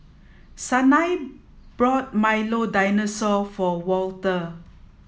Sanai brought Milo Dinosaur for Walter